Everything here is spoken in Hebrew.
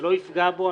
זה לא יפגע בו,